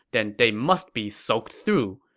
then they must be soaked through.